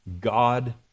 God